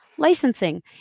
licensing